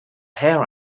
hair